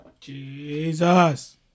Jesus